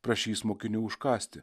prašys mokinių užkąsti